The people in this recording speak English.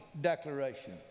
declaration